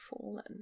Fallen